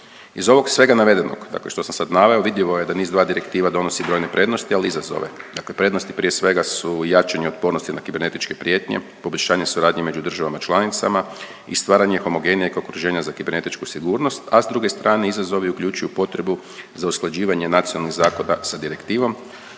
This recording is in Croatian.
Iz ovog svega navedenog, dakle što sam sad naveo vidljivo je da NIS2 direktiva donosi brojne prednosti al izazove, dakle prednosti prije svega su jačanje otpornosti na kibernetičke prijetnje, poboljšanje suradnje među državama članicama i stvaranje homogenijeg okruženja za kibernetičku sigurnost, a s druge strane izazovi uključuju potrebu za usklađivanje nacionalnih zakona sa direktivom,